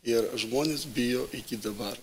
ir žmonės bijo iki dabar